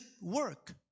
work